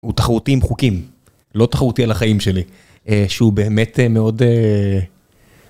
הוא תחרותי עם חוקים, לא תחרותי על החיים שלי, שהוא באמת מאוד...